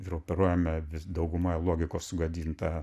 ir operuojame daugumoje logikos sugadinta